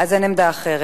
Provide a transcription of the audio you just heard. אין עמדה אחרת.